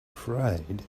afraid